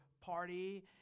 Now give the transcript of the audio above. party